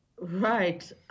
Right